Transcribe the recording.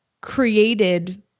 created